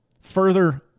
further